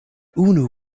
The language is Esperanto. unu